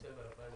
16 בדצמבר 2020,